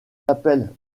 t’appelles